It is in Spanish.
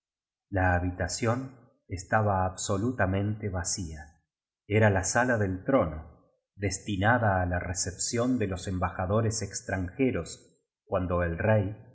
la habitación estaba abso lutamente vacía era la sala del trono destinada á la recepción de los emba jadores extranjeros cuando el rey lo